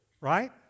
right